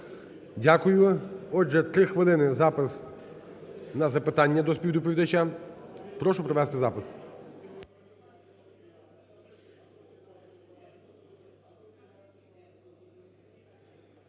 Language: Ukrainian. Дякуємо. Отже, три хвилини на запис на запитання до співдоповідача. Прошу провести запис.